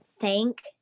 thank